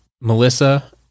Melissa